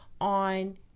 on